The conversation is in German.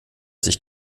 sich